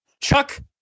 Chuck